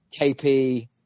KP